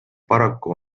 paraku